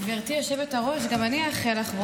גברתי היושבת-ראש, גם אני אאחל לך.